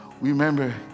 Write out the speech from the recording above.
remember